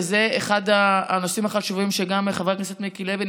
וזה אחד הנושאים החשובים גם של חבר הכנסת מיקי לוי,